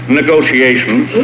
negotiations